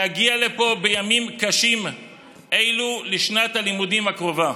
להגיע לפה בימים קשים אלו לשנת הלימודים הקרובה.